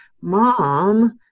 mom